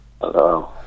Hello